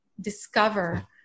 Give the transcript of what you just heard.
discover